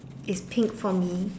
is pink for me